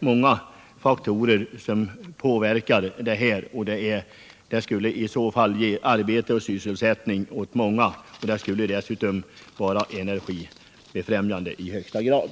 många positiva saker skulle bli följden. Det skulle ge arbete och sysselsättning åt många, och det skulle dessutom vara energibefrämjande i högsta grad.